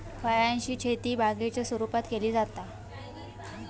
फळांची शेती बागेच्या स्वरुपात केली जाता